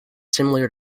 similar